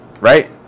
right